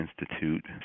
Institute